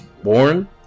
born